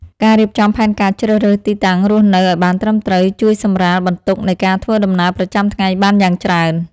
ការរៀបចំផែនការជ្រើសរើសទីតាំងរស់នៅឱ្យបានត្រឹមត្រូវជួយសម្រាលបន្ទុកនៃការធ្វើដំណើរប្រចាំថ្ងៃបានយ៉ាងច្រើន។